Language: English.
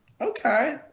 Okay